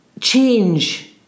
change